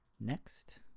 next